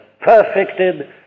perfected